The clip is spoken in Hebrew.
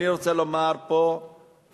אני רוצה לומר פה חד-משמעית,